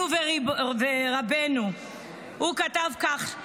ולאחר מכן נשמע את ראש הממשלה ואת ראש האופוזיציה.